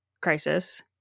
Crisis